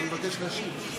אני מבקש להשיב.